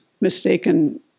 mistaken